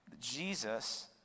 Jesus